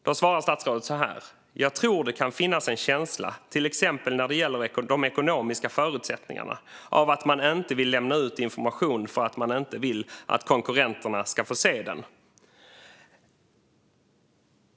Då svarar statsrådet: "Jag tror det kan finnas en känsla, till exempel när det gäller de ekonomiska förutsättningarna, av att man inte vill lämna ut information för att man inte vill att konkurrenterna ska få se den."